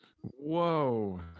Whoa